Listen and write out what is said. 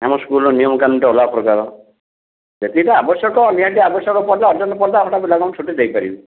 ଆମ ସ୍କୁଲର ନିୟମକାନୁନ୍ ଟିକିଏ ଅଲଗା ପ୍ରକାର ଯେତିକିଟା ଆବଶ୍ୟକ ନିହାତି ଆବଶ୍ୟକ ପଡ଼ିଲା ଅରଜେଣ୍ଟ ପଡ଼ିଲା ଆମେ ତାହେଲେ ପିଲାମାନଙ୍କୁ ଛୁଟି ଦେଇପାରିବି